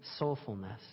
soulfulness